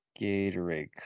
gatorade